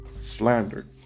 slandered